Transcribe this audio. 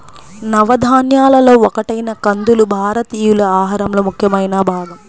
నవధాన్యాలలో ఒకటైన కందులు భారతీయుల ఆహారంలో ముఖ్యమైన భాగం